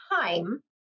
time